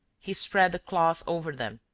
he spread the cloth over them,